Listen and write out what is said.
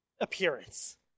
appearance